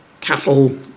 cattle